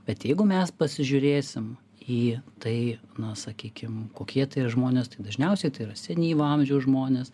bet jeigu mes pasižiūrėsim į tai na sakykim kokie tai žmonės tai dažniausiai tai yra senyvo amžiaus žmonės